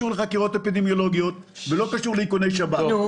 לחקירות אפידמיולוגיות ובלי קשר לאיכוני שב"כ.